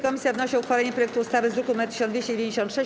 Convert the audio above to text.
Komisja wnosi o uchwalenie projektu ustawy z druku nr 1296.